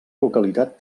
localitat